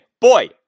Boy